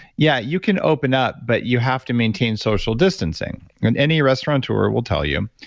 yeah. you can open up but you have to maintain social distancing. and any restaurateur will tell you,